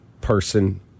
person